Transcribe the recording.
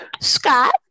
Scott